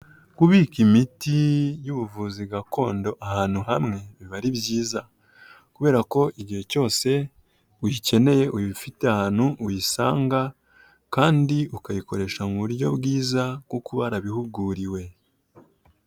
Kubika imiti y'ubuvuzi gakondo ahantu hamwe biba ari byiza, kubera ko igihe cyose uyikeneye, uyifite ahantu uyisanga, kandi ukayikoresha mu buryo bwiza kuko uba warabihuguriwe.